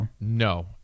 No